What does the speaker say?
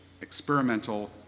experimental